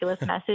message